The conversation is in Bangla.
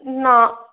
না